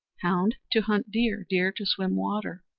hound to hunt deer, deer to swim water,